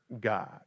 God